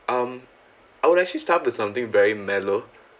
um I would actually start with something very mellow